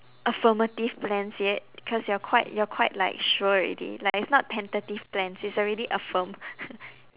affirmative plans yet because you're quite you're quite like sure already like it's not tentative plans it's already affirmed